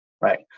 right